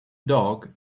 dog